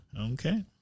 Okay